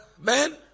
man